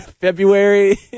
February